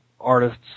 artists